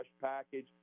package